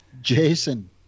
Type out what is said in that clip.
jason